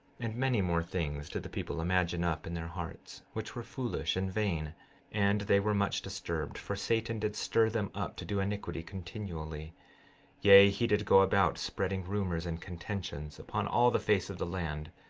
and many more things did the people imagine up in their hearts, which were foolish and vain and they were much disturbed, for satan did stir them up to do iniquity continually yea, he did go about spreading rumors and contentions upon all the face of the land,